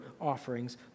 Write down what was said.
offerings